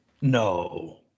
No